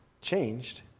changed